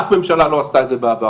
אף ממשלה לא עשתה את זה בעבר.